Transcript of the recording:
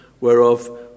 whereof